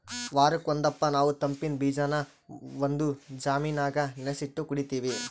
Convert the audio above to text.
ವಾರುಕ್ ಒಂದಪ್ಪ ನಾವು ತಂಪಿನ್ ಬೀಜಾನ ಒಂದು ಜಾಮಿನಾಗ ನೆನಿಸಿಟ್ಟು ಕುಡೀತೀವಿ